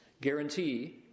Guarantee